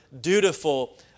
dutiful